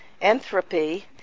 entropy